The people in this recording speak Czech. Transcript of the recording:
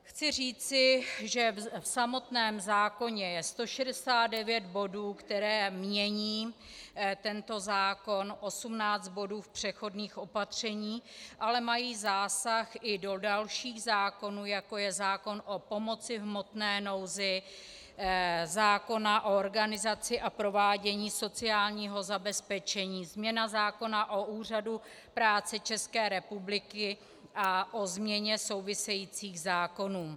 Chci říci, že v samotném zákoně je 169 bodů, které mění tento zákon, 18 bodů přechodných opatření, ale mají zásah i do dalších zákonů, jako je zákon o pomoci v hmotné nouzi, zákon o organizaci a provádění sociálního zabezpečení, změna zákona o Úřadu práce České republiky a o změně souvisejících zákonů.